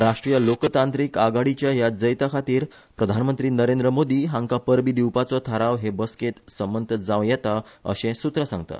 राष्ट्रीय लोकतांत्रिक आघाडीच्या ह्या जैता खातीर प्रधानमंत्री नरेंद्र मोदी हांका परबी दिवपाचो थाराव हे बसकेंत संमंत जांव येता अशें सुत्रां सांगतात